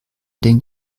den